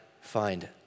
find